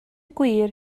gwir